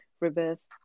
Reverse